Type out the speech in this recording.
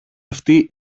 αυτή